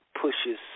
pushes